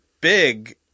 big